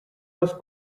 was